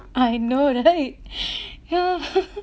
I know right yeah